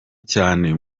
cyane